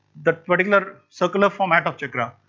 that particular circular format of chakra.